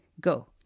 go